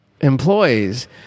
employees